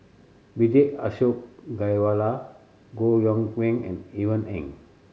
Vijesh Ashok Ghariwala Koh Yong Guan and Ivan Heng